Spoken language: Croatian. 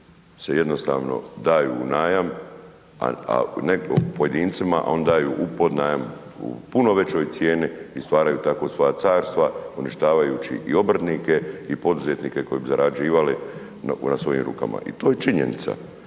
se jednostavno daju u najam pojedincima, a onda oni daju u podnajam u puno većoj cijeli i stvaraju tako svoja carstva uništavajući i obrtnike i poduzetnike koji bi zarađivali na svojim rukama i to je činjenica